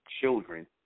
children